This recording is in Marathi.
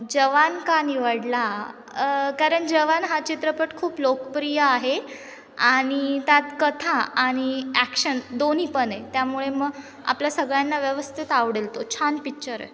जवान का निवडला कारण जवान हा चित्रपट खूप लोकप्रिय आहे आणि त्यात कथा आणि ॲक्शन दोन्ही पण आहे त्यामुळे मग आपला सगळ्यांना व्यवस्थित आवडेल तो छान पिक्चर आहे